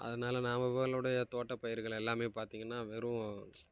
அதனால் நாம தோட்டப்பயிர்கள் எல்லாம் பார்த்தீங்கனா வெறும்